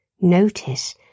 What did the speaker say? Notice